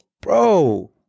bro